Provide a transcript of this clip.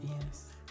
yes